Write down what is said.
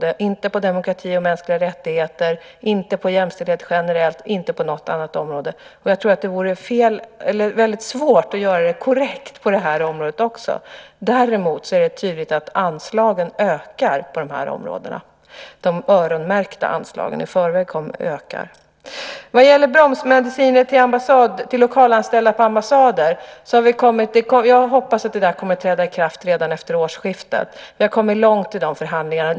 Vi gör det inte när det gäller demokrati och mänskliga rättigheter, inte på jämställdhet generellt och inte på något annat område. Jag tror att det vore svårt att göra det på ett korrekt sätt på det här området. Däremot är det tydligt att anslagen - de anslag som är öronmärkta i förväg - ökar på de här områdena. När det gäller bromsmediciner till lokalanställda på ambassader så hoppas jag att detta kommer att träda i kraft redan efter årsskiftet. Vi har kommit långt i förhandlingarna.